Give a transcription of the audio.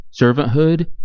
servanthood